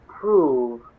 prove